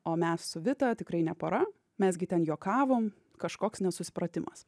o mes su vita tikrai ne pora mes gi ten juokavom kažkoks nesusipratimas